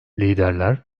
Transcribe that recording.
liderler